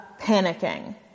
panicking